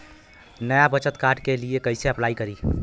नया बचत कार्ड के लिए कइसे अपलाई करी?